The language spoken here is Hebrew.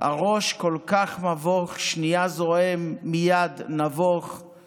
// הראש כל כך מבוך / שנייה זועם, מייד נבוך /